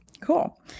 Cool